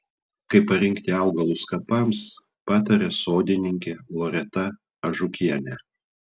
kaip parinkti augalus kapams pataria sodininkė loreta ažukienė